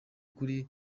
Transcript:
kuri